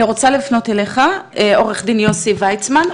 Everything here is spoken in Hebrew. אני רוצה לפנות אליך, עו"ד יוסי ויצמן.